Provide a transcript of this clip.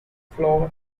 floor